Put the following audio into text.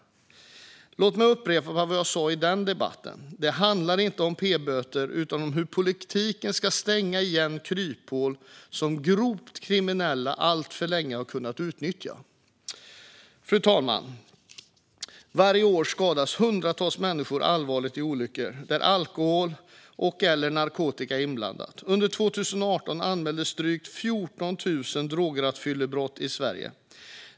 Låt mig upprepa det jag sa i den debatten: Det handlar inte om p-böter utan om hur politiken ska täppa till kryphål som grovt kriminella alltför länge har kunnat utnyttja. Fru talman! Varje år skadas hundratals människor allvarligt i olyckor där alkohol och/eller narkotika är inblandat. Under 2018 anmäldes drygt 14 000 drograttfylleribrott i Sverige.